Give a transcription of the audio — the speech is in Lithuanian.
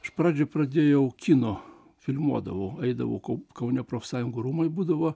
iš pradžių pradėjau kino filmuodavau eidavau kaune profsąjungų rūmai būdavo